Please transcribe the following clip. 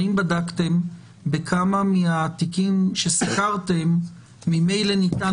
האם בדקתם בכמה מהתיקים שסקרתם ממילא ניתן